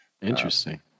Interesting